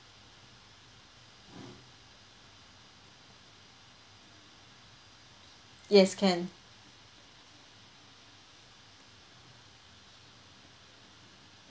yes can